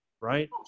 right